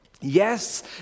Yes